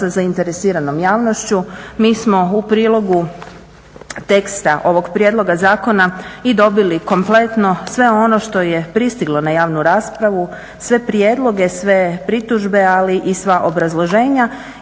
sa zainteresiranom javnošću. Mi smo u prilogu teksta ovog prijedloga zakona i dobili kompletno sve ono što je pristiglo na javnu raspravu, sve prijedloge, sve pritužbe ali i sva obrazloženja